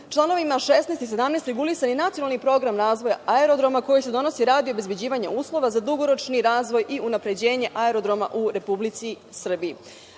16. i 17. regulisan je i nacionalni program razvoja aerodroma koji se donosi radi obezbeđivanja uslova za dugoročni razvoj i unapređenje aerodroma u Republici Srbiji.